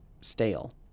stale